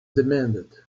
demanded